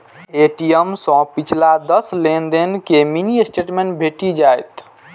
ATM सं पिछला दस लेनदेन के मिनी स्टेटमेंट भेटि जायत